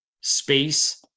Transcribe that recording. space